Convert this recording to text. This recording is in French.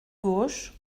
gauche